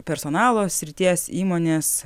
personalo srities įmonės